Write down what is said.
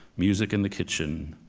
music in the kitchen,